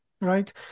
right